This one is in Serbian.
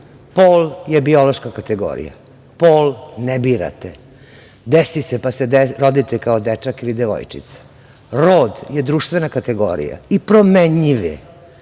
Pol je biološka kategorija, pol ne birate, desi se pa se rodite kao dečak ili devojčica. Rod je društvena kategorija i promenljiv